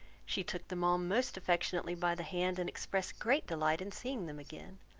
she took them all most affectionately by the hand, and expressed great delight in seeing them again.